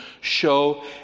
show